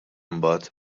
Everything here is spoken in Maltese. imbagħad